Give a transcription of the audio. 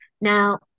Now